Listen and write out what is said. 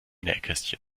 nähkästchen